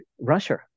Russia